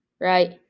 right